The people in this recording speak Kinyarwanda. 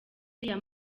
ariya